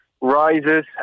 rises